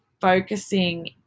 focusing